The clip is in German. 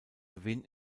gewinn